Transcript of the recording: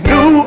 New